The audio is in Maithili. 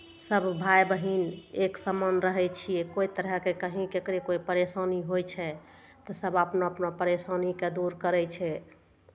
सभ भाय बहिन एक समान रहै छियै कोइ तरहके कहीँ ककरो कोइ परेशानी होइ छै तऽ सभ अपना अपना परेशानीकेँ दूर करै छै